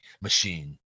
machine